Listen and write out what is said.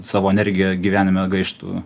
savo energiją gyvenime gaištų